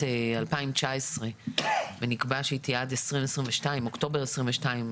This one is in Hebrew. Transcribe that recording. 2019 ונקבע שהיא תהיה עד אוקטובר 2022,